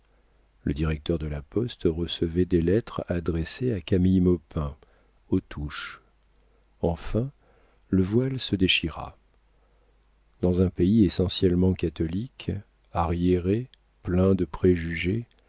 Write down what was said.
le directeur de la poste recevait des lettres adressées à camille maupin aux touches enfin le voile se déchira dans un pays essentiellement catholique arriéré plein de préjugés